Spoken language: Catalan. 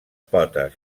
potes